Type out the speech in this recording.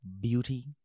beauty